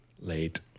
late